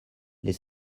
les